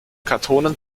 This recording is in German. kantonen